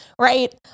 right